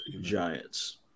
Giants